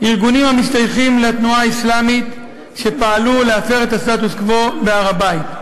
ארגונים המשתייכים לתנועה האסלאמית שפעלו להפר את הסטטוס-קוו בהר-הבית.